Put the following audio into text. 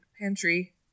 pantry